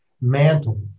mantle